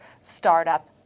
startup